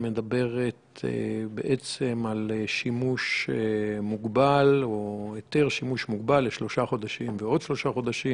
שמדברת על היתר לשימוש מוגבל לשלושה חודשים ועוד שלושה חודשים.